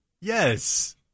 Yes